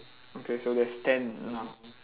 okay so there's ten now